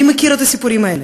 מי מכיר את הסיפורים האלה?